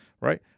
right